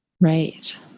Right